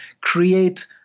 create